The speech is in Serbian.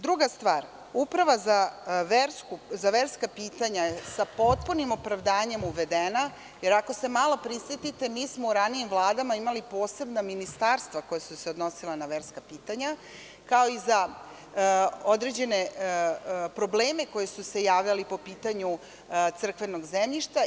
Druga stvar, Uprava za verska pitanja sa potpunim opravdanjem je uvedena, jer ako se malo prisetite, mi smo u ranijim vladama imali posebna ministarstva koja su se odnosila na verska pitanja, kao i za određene probleme koji su se javljali po pitanju crkvenog zemljišta.